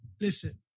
listen